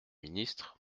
ministre